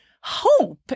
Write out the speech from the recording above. hope